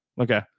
Okay